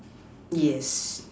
yes